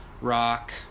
rock